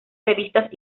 revistas